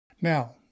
Now